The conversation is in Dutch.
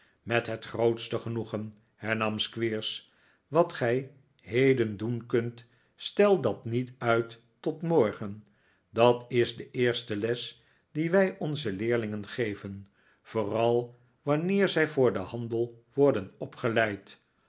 met het grootste genoegen hernam squeers wat gij heden doen kunt stel dat niet uit tot morgen dat is de eerste les die wij onzen leerlingen geven vooral wanneer zij voor den handel worden opgeleid